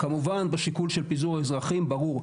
כמובן בשיקול של פיזור אזרחים, ברור.